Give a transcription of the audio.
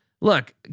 Look